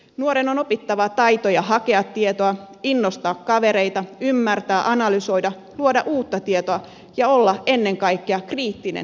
nuoren on opittava taitoja hakea tietoa innostaa kavereita ymmärtää analysoida luoda uutta tietoa ja olla ennen kaikkea kriittinen tietotulvan äärellä